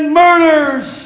murders